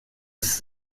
ist